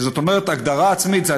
הגדרה עצמית זה,